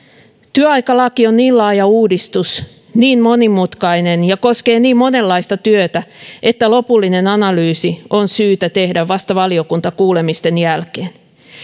työaikalaki on niin laaja uudistus on niin monimutkainen ja koskee niin monenlaista työtä että lopullinen analyysi on syytä tehdä vasta valiokuntakuulemisten jälkeen